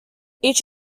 each